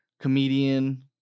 comedian